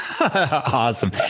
Awesome